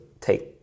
take